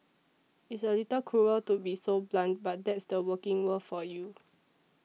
it's a little cruel to be so blunt but that's the working world for you